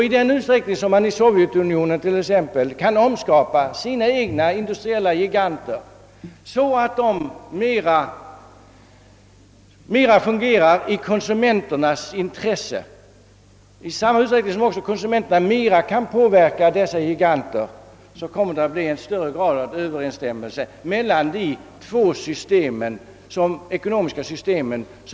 I den utsträckning som Sovjetunionen t.ex. kan omskapa sina egna industriella giganter, så att de fungerar mera i konsumenternas intresse, och i samma utsträckning som konsumenterna också mera kan påverka dessa giganter kommer det att bli större överensstämmelse mellan dessa båda världsmakters ekonomiska system.